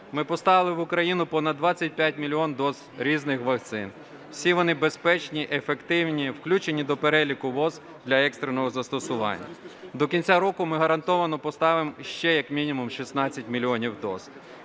Ми поставили в Україну понад 25 мільйонів доз різних вакцин. Усі вони безпечні, ефективні, включені до переліку ВООЗ для екстреного застосування. До кінця року ми гарантовано поставимо ще як мінімум 16 мільйонів доз.